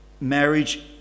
Marriage